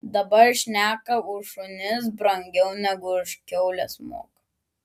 dabar šneka už šunis brangiau negu už kiaules moka